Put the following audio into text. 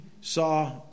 saw